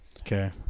Okay